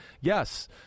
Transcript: yes